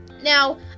now